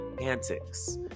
antics